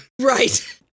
right